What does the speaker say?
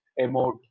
emote